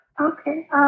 Okay